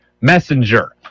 messenger